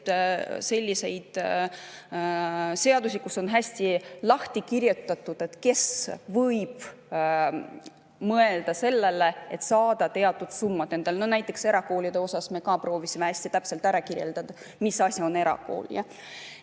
selliseid seadusi, kus on hästi lahti kirjutatud, kes võib mõelda sellele, et saada teatud summad endale. Näiteks erakoolide puhul me ka proovisime hästi täpselt ära kirjeldada, mis asi on erakool.